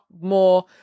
more